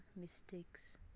mistakes